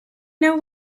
know